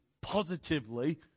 positively